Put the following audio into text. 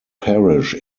parish